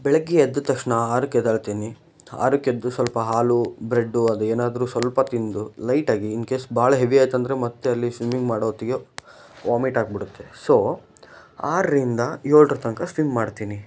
ಬೆಳಗ್ಗೆ ಎದ್ದ ತಕ್ಷಣ ಆರಕ್ಕೆ ಎದ್ದೇಳ್ತೀನಿ ಆರಕ್ಕೆ ಎದ್ದು ಸ್ವಲ್ಪ ಹಾಲು ಬ್ರೆಡ್ಡು ಅದು ಏನಾದರೂ ಸ್ವಲ್ಪ ತಿಂದು ಲೈಟಾಗಿ ಇನ್ ಕೇಸ್ ಬಹಳ ಹೆವಿ ಆಯ್ತಂದ್ರೆ ಮತ್ತೆ ಅಲ್ಲಿ ಸ್ವಿಮ್ಮಿಂಗ್ ಮಾಡೋ ಹೊತ್ತಿಗೆ ವಾಮಿಟ್ ಆಗ್ಬಿಡುತ್ತೆ ಸೊ ಆರರಿಂದ ಏಳ್ರ ತನಕ ಸ್ವಿಮ್ ಮಾಡ್ತೀನಿ